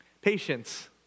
Patience